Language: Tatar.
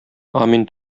амин